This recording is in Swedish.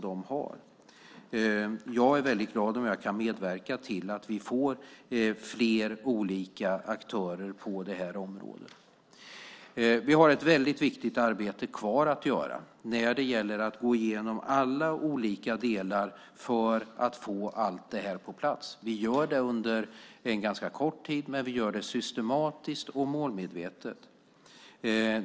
Jag är väldigt glad om jag kan medverka till att vi får fler olika aktörer på området. Vi har ett väldigt viktigt arbete kvar att göra när det gäller att gå igenom alla olika delar för att få allt det här på plats. Vi gör det under en ganska kort tid, men vi gör det systematiskt och målmedvetet.